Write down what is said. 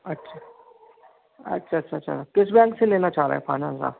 अच्छा अच्छा अच्छा अच्छा किस बैंक से लेना चाह रहें फाइनैंस आप